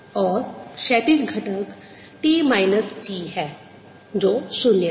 और क्षैतिज घटक T माइनस T है जो 0 है